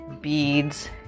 beads